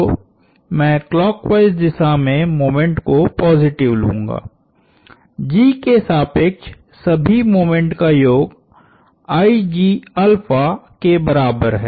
तो मैं क्लॉकवाइस दिशा में मोमेंट को पॉजिटिव लूंगा G के सापेक्ष सभी मोमेंट का योगके बराबर है